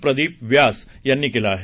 प्रदीप व्यास यांनी केलं आहे